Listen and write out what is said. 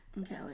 Okay